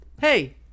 Hey